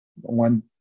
one